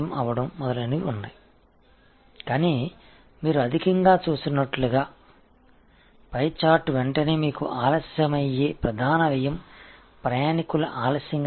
ஆனால் நீங்கள் அதிகமாகப் பார்ப்பது போல் பை விளக்கப்படம் தாமதத்தின் முக்கிய செலவு தாமதமாக பயணிகள் வருவதாகும்